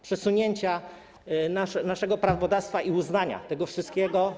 przesunięcia naszego prawodawstwa i uznania tego wszystkiego.